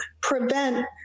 prevent